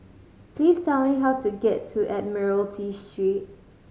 please tell me how to get to Admiralty Street